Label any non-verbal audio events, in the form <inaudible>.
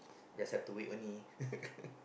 just have to wait only <laughs>